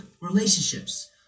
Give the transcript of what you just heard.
relationships